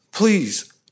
please